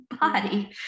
body